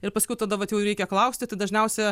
ir paskiau tada vat jau reikia klausti tai dažniausia